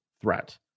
threat